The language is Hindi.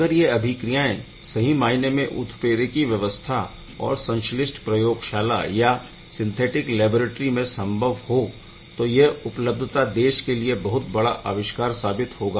अगर यह अभिक्रियाएं सही मायने में उत्प्रेरकी व्यवस्था और संश्लिष्ट प्रयोगशाला या सिंथेटिक लैबोरैट्री में संभव हो तो यह उपलब्धि देश के लिए बहुत बड़ा आविष्कार साबित होगा